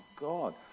God